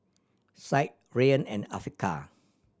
Syed Rayyan and Afiqah